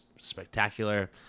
spectacular